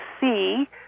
see